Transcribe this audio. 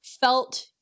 felt